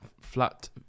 flat